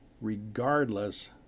regardless